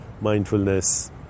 mindfulness